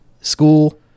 school